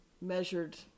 measured